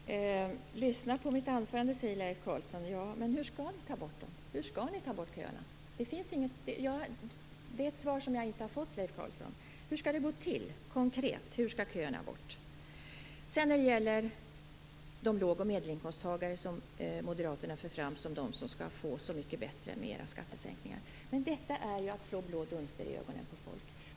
Fru talman! Lyssna på mitt anförande, säger Leif Carlson. Ja, men hur skall ni ta bort köerna? Det svaret har jag inte fått, Leif Carlson. Hur skall det gå till konkret? Hur skall köerna bort? Moderaterna för fram låg och medelinkomsttagarna som dem som skall få det så mycket bättre med deras skattesänkningar. Men detta är att slå blå dunster i ögonen på folk.